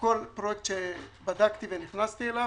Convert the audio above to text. כל פרויקט שבדקתי ונכנסתי אליו,